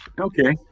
Okay